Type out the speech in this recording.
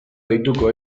deituko